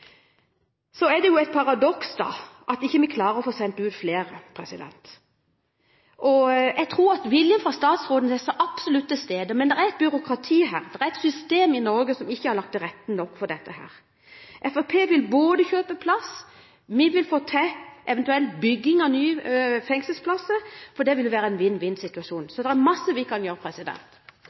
så absolutt er til stede. Men det er et byråkrati her. Det er et system i Norge som ikke har lagt godt nok til rette for dette. Fremskrittspartiet vil kjøpe plass. Vi vil få til eventuelt bygging av nye fengselsplasser – for det ville være en vinn-vinn-situasjon. Det er mye vi kan gjøre.